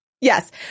yes